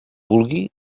vulgui